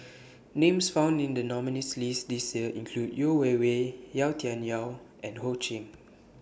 Names found in The nominees' list This Year include Yeo Wei Wei Yau Tian Yau and Ho Ching